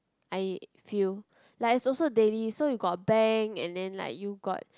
I feel like is also daily so you got bank and then like you got